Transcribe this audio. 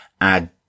add